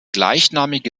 gleichnamige